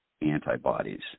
antibodies